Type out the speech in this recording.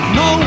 no